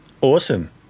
Awesome